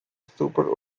super